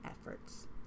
efforts